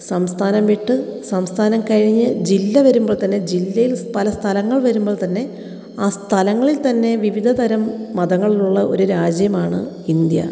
സംസ്ഥാനം വിട്ട് സംസ്ഥാനം കഴിഞ്ഞ് ജില്ല വരുമ്പോൾ തന്നെ ജില്ലയിൽ പല സ്ഥലങ്ങൾ വരുമ്പോൾ തന്നെ ആ സ്ഥലങ്ങളിൽ തന്നെ വിവിധ തരം മതങ്ങൾ ഉള്ള ഒരു രാജ്യമാണ് ഇന്ത്യ